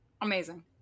Amazing